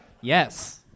Yes